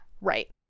right